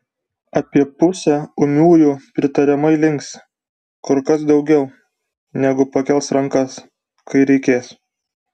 apie pusę ūmiųjų pritariamai linksi kur kas daugiau negu pakels rankas kai reikės